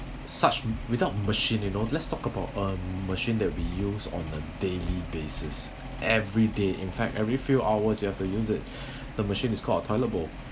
such without machine you know let's talk about um machine that we use on a daily basis every day in fact every few hours you have to use it the machine is called a toilet bowl